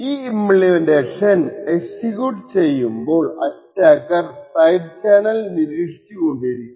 ഈ implementation execute ചെയ്യുമ്പോൾ attacker side channel നിരീക്ഷിച്ചു കൊണ്ടിരിക്കും